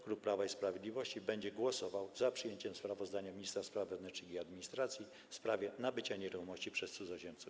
Klub Prawa i Sprawiedliwości będzie głosował za przyjęciem sprawozdania ministra spraw wewnętrznych i administracji w sprawie nabycia nieruchomości przez cudzoziemców.